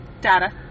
Data